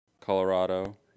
Colorado